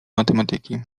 matematyki